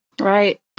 Right